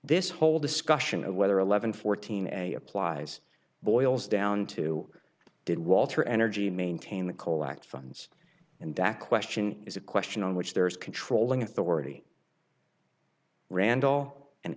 this whole discussion of whether eleven fourteen a applies boils down to did walter energy maintain the colac funds and that question is a question on which there is controlling authority randall and